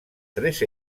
tres